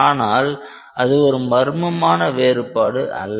ஆனால் அது ஒரு மர்மமான வேறுபாடு அல்ல